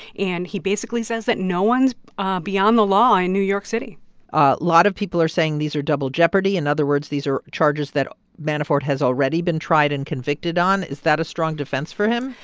and he basically says that no one's ah beyond the law in new york city a lot of people are saying these are double jeopardy. in and other words, these are charges that manafort has already been tried and convicted on. is that a strong defense for him?